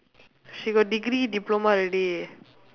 she got degree diploma already